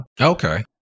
Okay